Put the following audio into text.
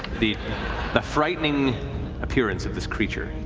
the the frightening appearance of this creature.